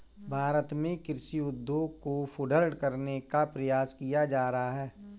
भारत में कृषि उद्योग को सुदृढ़ करने का प्रयास किया जा रहा है